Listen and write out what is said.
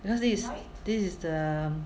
because this is this is the